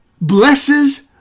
blesses